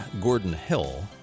Gordon-Hill